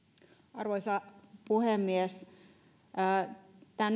arvoisa puhemies tämän